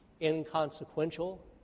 inconsequential